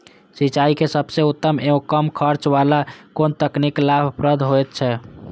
सिंचाई के सबसे उत्तम एवं कम खर्च वाला कोन तकनीक लाभप्रद होयत छै?